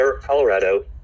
Colorado